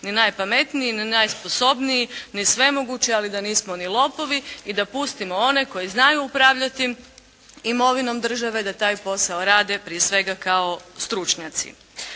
ni najpametniji, ni najsposobniji, ni svemogući, ali da nismo ni lopovi i da pustimo one koji znaju upravljati imovinom države da taj posao rade prije svega kao stručnjaci.